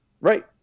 right